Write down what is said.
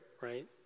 right